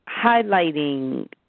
highlighting